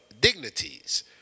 dignities